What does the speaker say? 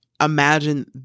imagine